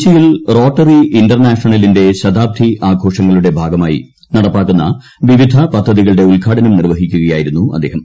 കൊച്ചിയിൽ റോട്ടറി ഇന്റർനാഷണലിന്റെ ശതാബ്ദി ആഘോഷങ്ങളുടെ ഭാഗമായി നടപ്പാക്കുന്ന വിവിധ ഉദ്ഘാടനം നിർവഹിക്കുകയായിരുന്നു അദ്ദേഹം